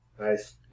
Nice